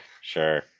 sure